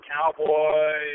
Cowboy